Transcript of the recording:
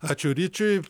ačiū ryčiui